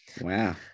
Wow